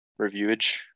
reviewage